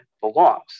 belongs